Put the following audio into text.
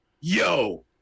Yo